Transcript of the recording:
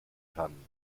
kann